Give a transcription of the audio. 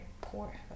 poor